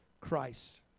Christ